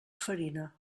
farina